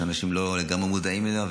שאנשים לא לגמרי מודעים אליו,